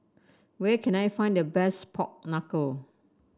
where can I find the best Pork Knuckle